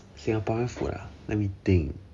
singaporean food ah let me think